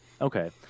Okay